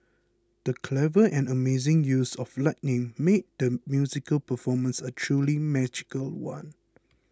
the clever and amazing use of lighting made the musical performance a truly magical one